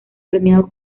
premiados